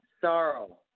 sorrow